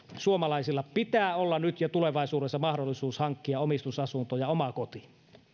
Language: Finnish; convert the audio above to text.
suomalaisilla pitää olla nyt ja tulevaisuudessa mahdollisuus hankkia omistusasunto ja oma koti